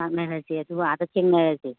ꯂꯥꯛꯅꯔꯁꯦ ꯑꯗꯨꯒ ꯑꯥꯗ ꯊꯦꯡꯅꯔꯁꯦ